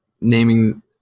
naming